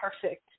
perfect